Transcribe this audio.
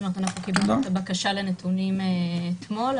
אנחנו קיבלנו את הבקשה לנתונים אתמול.